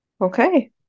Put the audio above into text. Okay